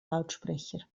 lautsprecher